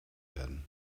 werden